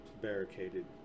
barricaded